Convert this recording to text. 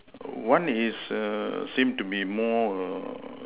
one is err seem to be more err